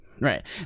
Right